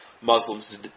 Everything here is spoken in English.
Muslims